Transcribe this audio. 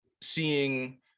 seeing